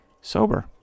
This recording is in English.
sober